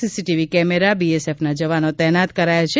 CCTV camera બીએસએફના જવાનો તેનાત કરાયા છે